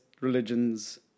religions